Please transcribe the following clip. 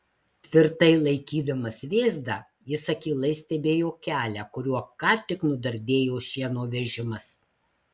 tvirtai laikydamas vėzdą jis akylai stebėjo kelią kuriuo ką tik nudardėjo šieno vežimas